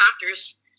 doctors